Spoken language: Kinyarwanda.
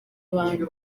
abantu